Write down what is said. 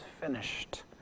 finished